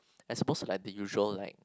as supposed to like the usual light